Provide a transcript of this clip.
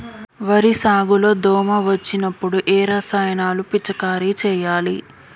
వరి సాగు లో దోమ వచ్చినప్పుడు ఏ రసాయనాలు పిచికారీ చేయాలి?